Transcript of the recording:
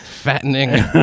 fattening